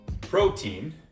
protein